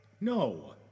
No